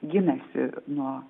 ginasi nuo